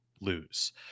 lose